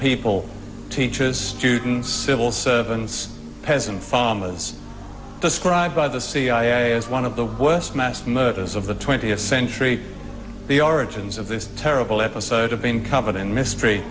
people teachers students civil servants peasant farmers described by the cia as one of the worst mass murders of the twentieth century the origins of this terrible episode of been covered in mystery